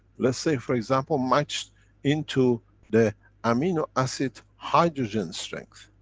let's say, for example, match into the amino acid hydrogen strength.